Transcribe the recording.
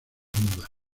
mudas